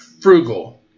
frugal